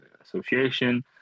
association